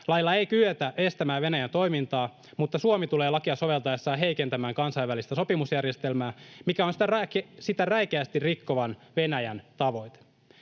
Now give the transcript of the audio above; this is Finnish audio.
Lailla ei kyetä estämään Venäjän toimintaa, mutta Suomi tulee lakia soveltaessaan heikentämään kansainvälistä sopimusjärjestelmää, mikä on sitä räikeästi rikkovan Venäjän tavoite.